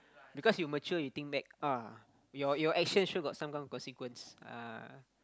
because you mature you think back ah your your actions sure got some kind of consequence ah